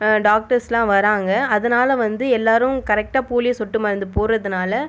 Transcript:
டாக்டர்ஸ்லாம் வராங்க அதனால வந்து எல்லோரும் கரெக்ட்டாக போலியோ சொட்டு மருந்து போடுகிறதுனால